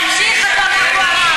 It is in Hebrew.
תשתקי כבר.